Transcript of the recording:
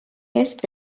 eest